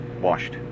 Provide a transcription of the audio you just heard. Washed